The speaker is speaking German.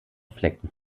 flecken